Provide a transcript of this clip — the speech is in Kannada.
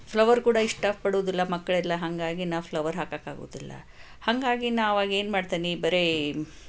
ಫ್ಲವರ್ ಕೂಡ ಇಷ್ಟಪಡುವುದಿಲ್ಲ ಮಕ್ಕಳೆಲ್ಲ ಹಾಗಾಗಿ ನಾವು ಫ್ಲವರ್ ಹಾಕಕ್ಕಾಗೋದಿಲ್ಲ ಹಾಗಾಗಿ ನಾನು ಆವಾಗ ಏನು ಮಾಡ್ತೀನಿ ಬರೀ